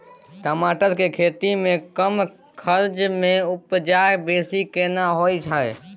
टमाटर के खेती में कम खर्च में उपजा बेसी केना होय है?